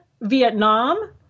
Vietnam